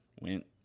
Went